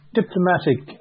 diplomatic